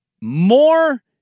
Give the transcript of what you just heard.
More